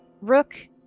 Rook